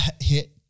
hit